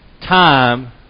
time